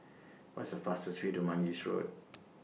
What IS The fastest Way to Mangis Road